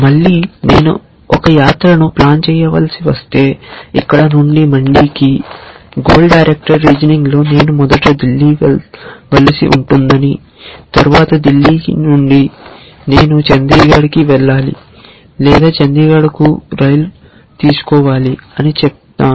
మళ్ళీ నేను ఒక యాత్రను ప్లాన్ చేయవలసి వస్తే ఇక్కడ నుండి మండికి గోల్ డైరెక్ట్ రీజనింగ్ లో నేను మొదట ఢిల్ల్కి వెళ్ళవలసి ఉంటుందని తరువాత ఢిల్లీకి నుండి నేను చండీగఢ్ కి వెళ్లాలి లేదా చండీగఢ్ కు రైలు తీసుకోవాలి అని చెప్తాను